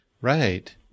right